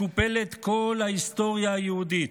מקופלת כל ההיסטוריה היהודית.